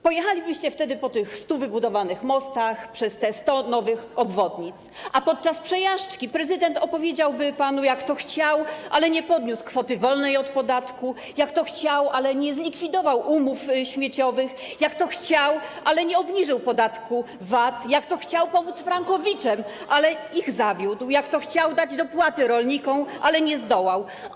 Pojechalibyście wtedy po tych 100 wybudowanych mostach, przez te 100 nowych obwodnic, a podczas przejażdżki prezydent opowiedziałby panu, jak to chciał, ale nie podniósł kwoty wolnej od podatku, jak to chciał, ale nie zlikwidował umów śmieciowych, jak to chciał, ale nie obniżył podatku VAT, jak to chciał pomóc frankowiczom, ale ich zawiódł, jak to chciał dać dopłaty rolnikom, ale nie zdołał.